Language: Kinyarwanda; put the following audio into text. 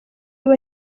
bari